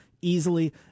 easily